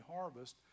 harvest